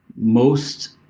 most,